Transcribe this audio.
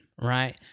right